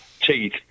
teeth